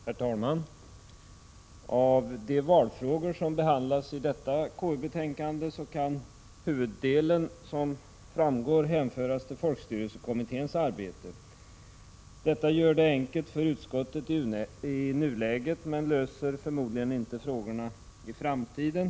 Herr talman! Av de vallagsfrågor som behandlas i detta betänkande från konstitutionsutskottet kan huvuddelen hänföras till folkstyrelsekommitténs arbete. Detta gör det enkelt för utskottet i nuläget, men löser förmodligen inte frågorna för framtiden.